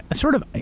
sort of,